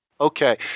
Okay